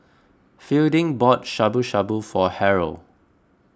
Fielding bought Shabu Shabu for Harold